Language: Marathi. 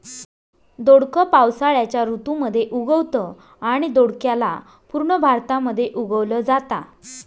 दोडक पावसाळ्याच्या ऋतू मध्ये उगवतं आणि दोडक्याला पूर्ण भारतामध्ये उगवल जाता